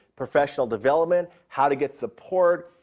professional development, how to get support,